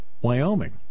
Wyoming